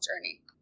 journey